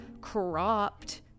cropped